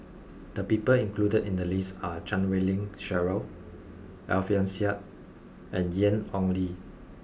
the people included in the list are Chan Wei Ling Cheryl Alfian Sa'at and Ian Ong Li